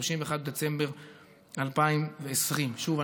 31 בדצמבר 2020. שוב,